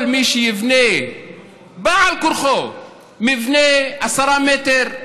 כל מי שיבנה בעל כורחו מבנה של 10 מטר,